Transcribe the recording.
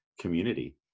community